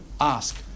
ask